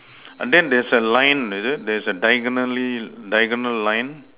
and then there's a line is it there's a diagonally~ diagonal line